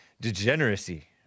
degeneracy